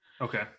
okay